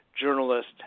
journalist